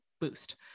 boost